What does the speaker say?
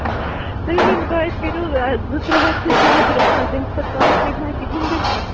تُہۍ ؤنۍ توتہِ کٔرِو زٕ ترٛےٚ ہتھ چھِ زیادٕ گَژھان تَمہِ کھۄتہٕ کَم ہیٚکہِ نا کِہیٖنٛۍ گٔژھِتھ